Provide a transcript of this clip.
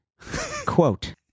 quote